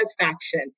satisfaction